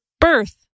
birth